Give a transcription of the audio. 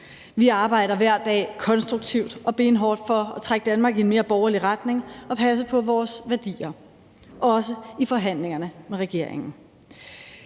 Vi arbejder hver dag konstruktivt og benhårdt for at trække Danmark i en mere borgerlig retning og passe på vores værdier, også i forhandlingerne med regeringen.